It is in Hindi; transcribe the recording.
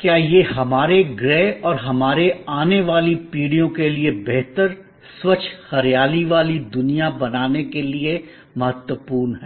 क्यों यह हमारे ग्रह और हमारी आने वाली पीढ़ियों के लिए बेहतर स्वच्छ हरियाली वाली दुनिया बनाने के लिए महत्वपूर्ण है